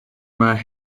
mae